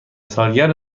سالگرد